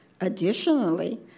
Additionally